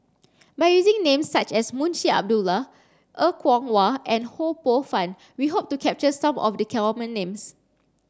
by using names such as Munshi Abdullah Er Kwong Wah and Ho Poh Fun we hope to capture some of the common names